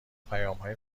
پیامهای